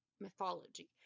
Mythology